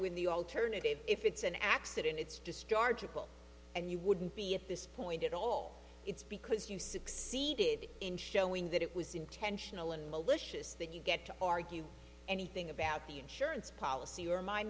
with the alternative if it's an accident it's just a article and you wouldn't be at this point at all it's because you succeeded in showing that it was intentional and malicious that you get to argue anything about the insurance policy or